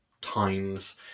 times